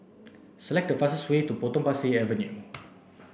select the fastest way to Potong Pasir Avenue